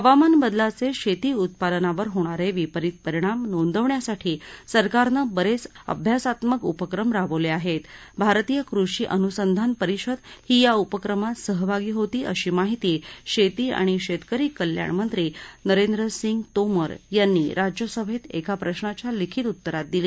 हवामान बदलाच डोर्टी उत्पादनावर होणार व्रिपरीत परिणाम नोंदवण्यासाठी सरकारनं बरद्द अभ्यासात्मक उपक्रम राबवल आहेत भारतीय कृषी अनुसंधान परिषद ही या उपक्रमात सहभागी होती अशी माहिती शर्ती आणि शस्क्रिरी कल्याण मंत्री नरेंद्र सिंग तोमर यांनी राज्यसभतीएका प्रश्नाच्या लिखीत उत्तरात दिली